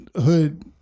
hood